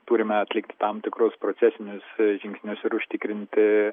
turime atlikti tam tikrus procesinius žingsnius ir užtikrinti